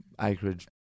acreage